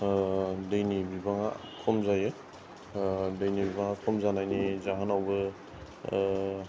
दैनि बिबांआ खम जायो दैनि बिबांआ खम जानायनि जाहोनावबो